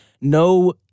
no